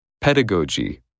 pedagogy